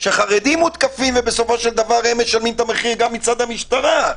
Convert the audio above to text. שהחרדים מותקפים ובסופו של דבר הם משלמים את המחיר גם מצד המשטרה.